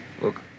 Look